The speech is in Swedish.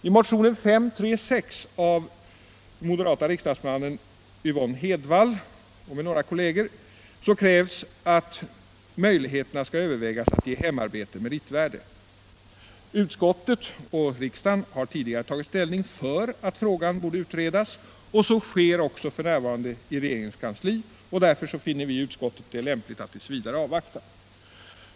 I motionen 1976/77:536 av den moderate riksdagsledamoten Yvonne Hedvall m.fl. krävs att man skall överväga möjligheterna att ge hemarbete meritvärde. Utskottet och riksdagen har tidigare tagit ställning för att frågan borde utredas. Utredning sker också f. n. i regeringens kan sli, och därför finner utskottet det lämpligt att tills vidare avvakta.